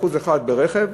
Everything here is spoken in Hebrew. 1% ברכב,